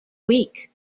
week